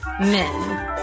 Men